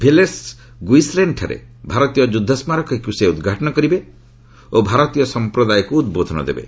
Villers ଗୁଇସ୍ଲେନ୍ଠାରେ ଭାରତୀୟ ଯ୍ରଦ୍ଧସ୍କାରକୀକ୍ତ ସେ ଉଦ୍ଘାଟନ କରିବେ ଓ ଭାରତୀୟ ସମ୍ପ୍ରଦାୟକ୍ ଉଦ୍ବୋଧନ ଦେବେ